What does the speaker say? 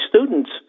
students